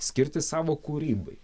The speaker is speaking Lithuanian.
skirti savo kūrybai